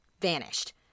vanished